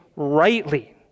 rightly